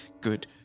Good